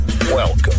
Welcome